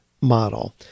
model